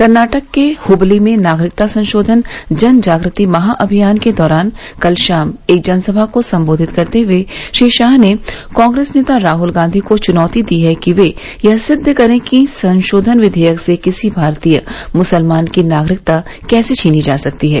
कर्नाटक के हबली में नागरिकता संशोधन जन जाग्रति महाअभियान के दौरान कल शाम एक जनसभा को संबोधित करते हए श्री शाह ने कांग्रेस नेता राहल गांधी को चुनौती दी कि वे यह सिद्व करे कि संशोधन विधेयक से किसी भारतीय मुसलमान की नागरिकता कैसे जा सकती है